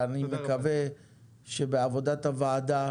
אני מקווה שבעבודת הוועדה,